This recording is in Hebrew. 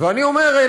אני אומר,